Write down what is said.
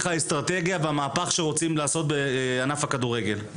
האסטרטגיה והמהפך שרוצים לעשות בענף הכדורגל.